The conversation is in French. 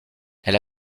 elle